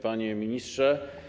Panie Ministrze!